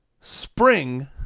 spring